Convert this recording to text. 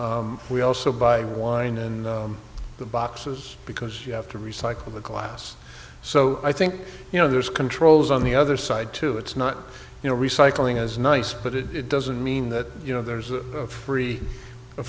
them we also buy wine in the boxes because you have to recycle the glass so i think you know there's controls on the other side too it's not you know recycling is nice but it doesn't mean that you know there's a free a